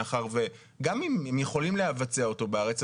גם אם הם יכולים לבצע אותו בארץ,